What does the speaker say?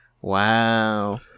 Wow